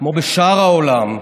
כמו בשאר העולם,